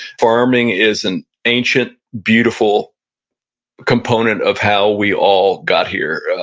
farming is an ancient, beautiful component of how we all got here.